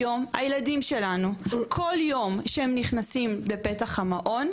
היום הילדים שלנו כל יום שהם נכנסים בפתח המעון,